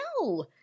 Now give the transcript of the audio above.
No